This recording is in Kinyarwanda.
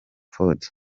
ford